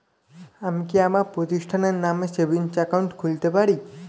আমি কি আমার প্রতিষ্ঠানের নামে সেভিংস একাউন্ট খুলতে পারি?